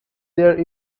their